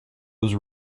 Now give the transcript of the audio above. was